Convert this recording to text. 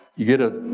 you get a